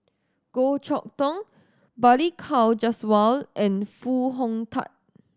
Goh Chok Tong Balli Kaur Jaswal and Foo Hong Tatt